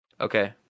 Okay